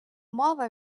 мова